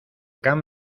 can